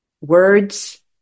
words